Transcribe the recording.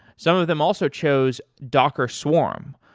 some of them also chose docker swarm.